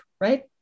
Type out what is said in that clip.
right